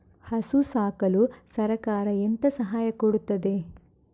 ಹಸು ಸಾಕಲು ಸರಕಾರ ಎಂತ ಸಹಾಯ ಕೊಡುತ್ತದೆ?